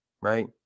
Right